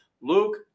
Luke